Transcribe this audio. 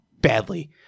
badly